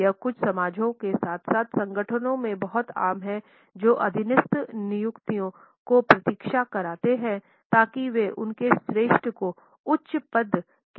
यह कुछ समाजों के साथ साथ कुछ संगठनों में बहुत आम है जो अधीनस्थ नियुक्तियों को प्रतीक्षा कराते हैं ताकि वे उनके श्रेष्ठ के उच्च पद के महत्व को समझ सकें